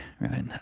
right